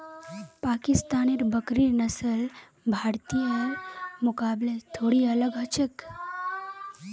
पाकिस्तानेर बकरिर नस्ल भारतीयर मुकाबले थोड़ी अलग ह छेक